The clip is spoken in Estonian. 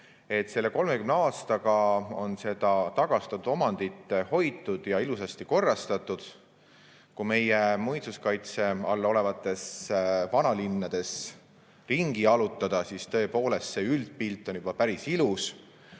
et selle 30 aastaga on seda tagastatud omandit hoitud ja ilusasti korrastatud. Kui meie muinsuskaitse all olevates vanalinnades ringi jalutada, siis tõepoolest on üldpilt juba päris ilus.